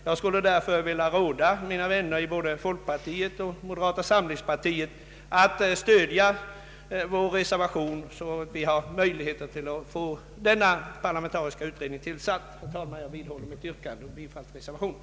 Jag skulle därför vilja råda mina vän ner i folkpartiet och moderata samlingspartiet att stödja vår reservation, så att det blir möjligt att få en parlamentarisk utredning tillsatt. Herr talman! Jag vidhåller mitt yrkande om bifall till reservationen.